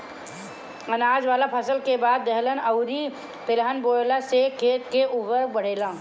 अनाज वाला फसल के बाद दलहन अउरी तिलहन बोअला से खेत के उर्वरता बढ़ेला